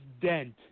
dent